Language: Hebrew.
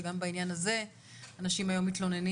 שגם בעניין הזה אנשים היום מתלוננים